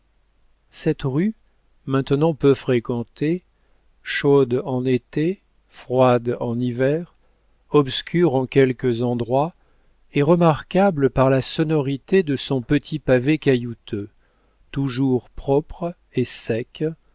cette rue maintenant peu fréquentée chaude en été froide en hiver obscure en quelques endroits est remarquable par la sonorité de son petit pavé caillouteux toujours propre et sec